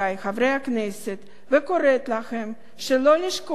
וקוראת לכם שלא לשכוח שהשנה הבאה,